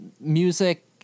Music